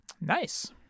Nice